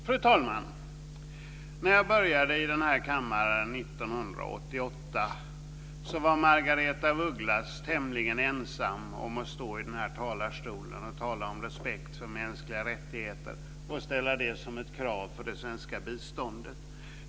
Fru talman! När jag började i den här kammaren 1988 var Margareta af Ugglas tämligen ensam om att stå i den här talarstolen och tala om respekt för mänskliga rättigheter och att ställa det som ett krav för det svenska biståndet.